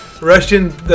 Russian